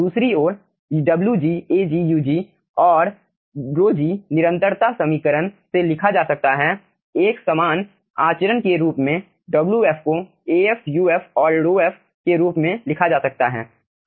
दूसरी ओर Wg AgUg और ρg निरंतरता समीकरण से लिखा जा सकता है एक समान आचरण के रूप में Wf को Afuf और ρf के रूप में लिखा जा सकता है